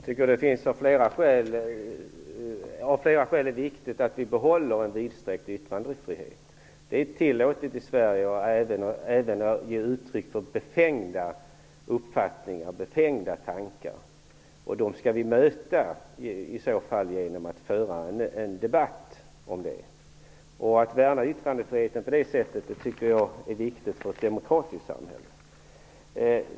Fru talman! Jag tycker att det är viktigt att vi behåller en vidsträckt yttrandefrihet av flera skäl. Det är tillåtet i Sverige att även ge uttryck för befängda uppfattningar och befängda tankar. Dem skall vi i så fall bemöta genom att föra en debatt. Jag tycker att det är viktigt för ett demokratiskt samhälle att värna yttrandefriheten på det sättet.